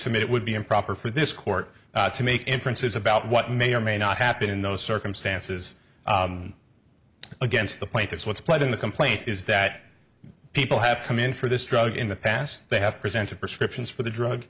submit it would be improper for this court to make inferences about what may or may not happen in those circumstances against the plaintiffs what's played in the complaint is that people have come in for this drug in the past they have presented prescriptions for the drug